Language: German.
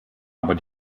aber